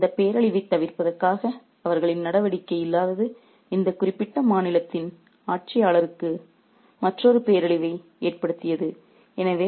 எனவே அந்த பேரழிவைத் தவிர்ப்பதற்காக அவர்களின் நடவடிக்கை இல்லாதது இந்த குறிப்பிட்ட மாநிலத்தின் ஆட்சியாளருக்கு மற்றொரு பேரழிவை ஏற்படுத்துகிறது